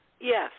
Yes